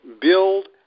build